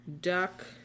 Duck